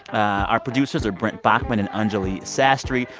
our producers are brent baughman and anjuli sastry.